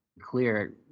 clear